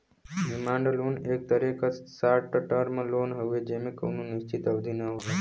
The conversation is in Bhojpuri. डिमांड लोन एक तरे क शार्ट टर्म लोन हउवे जेमे कउनो निश्चित अवधि न होला